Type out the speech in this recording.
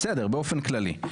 בסדר באופן כללי,